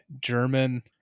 German